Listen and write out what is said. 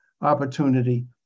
opportunity